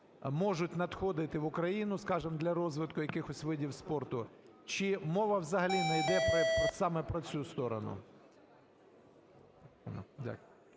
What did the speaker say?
можуть надходити в Україну, скажемо, для розвитку якихось видів спорту, чи мова взагалі не йде саме про цю сторону? Дякую.